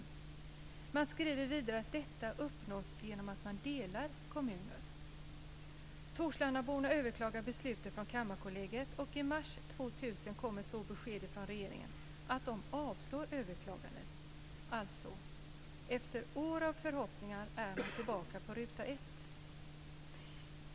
Vidare skriver man att detta uppnås genom att dela kommuner. Torslandaborna överklagar beslutet från Kammarkollegiet, och i mars 2000 kommer så beskedet från regeringen att överklagandet avslås. Alltså: Efter år av förhoppningar är man tillbaka på ruta 1!